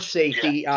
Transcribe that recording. safety